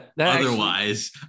Otherwise